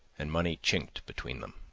and money chinked between them.